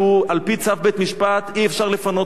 על-פי צו בית-משפט אי-אפשר לפנות אותו.